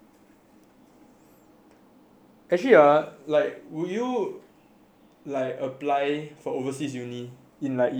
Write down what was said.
actually ah like will you like apply for overseas uni in like year one